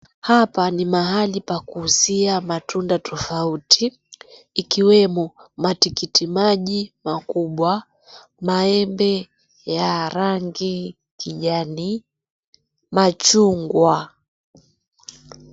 Hapa ni mahali pa kuuzia matunda tofauti ikiwemo matitiki maji makubwa, maembe ya rangi kijani, machungwa.